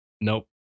Nope